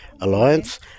Alliance